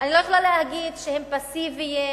אני לא יכולה להגיד שהם פסיביים,